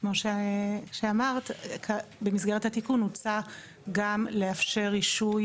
כמו שאמרת במסגרת התיקון הוצע גם לאפשר רישוי